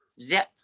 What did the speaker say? zip